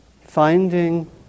finding